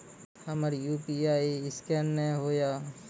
हमर UPI scan नेय हो या?